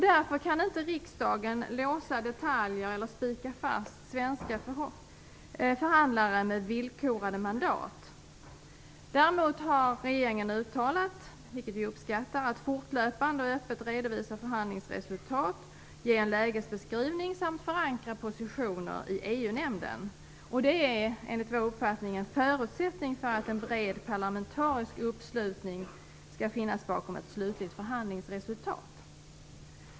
Därför kan inte riksdagen låsa detaljer eller spika fast svenska förhandlare med villkorade mandat. Däremot har regeringen uttalat att man - vilket vi uppskattar - fortlöpande och öppet skall redovisa förhandlingsresultat, ge en lägesbeskrivning samt förankra positioner i EU-nämnden. Det är enligt vår uppfattning en förutsättning för att en bred parlamentarisk uppslutning skall finnas bakom ett slutligt förhandlingsresultat.